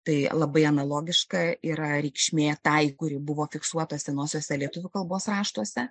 tai labai analogiška yra reikšmė tai kuri buvo fiksuota senuosiuose lietuvių kalbos raštuose